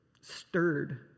stirred